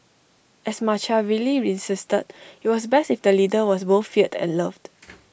as Machiavelli insisted IT was best if the leader was both feared and loved